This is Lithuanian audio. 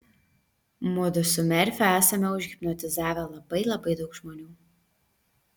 mudu su merfiu esame užhipnotizavę labai labai daug žmonių